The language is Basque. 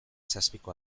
zazpiko